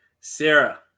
Sarah